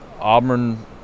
Auburn –